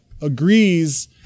agrees